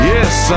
Yes